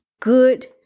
Good